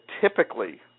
typically